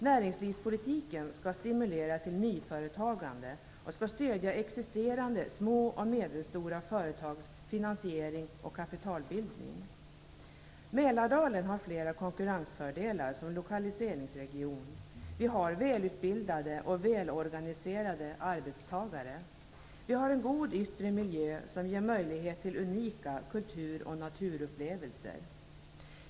Näringslivspolitiken skall stimulera till nyföretagande och skall stödja existerande små och medelstora företags finansiering och kapitalbildning. Mälardalen har flera konkurrensfördelar som lokaliseringsregion. Vi har välutbildade och välorganiserade arbetstagare. Vi har en god yttre miljö som ger möjlighet till unika kultur och naturupplevelser.